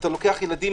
אתה לוקח ילדים,